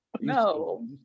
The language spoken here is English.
no